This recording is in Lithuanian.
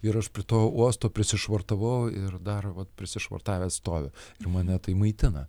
ir aš prie to uosto prisišvartavau ir dar vat prisišvartavęs stovi ir mane tai maitina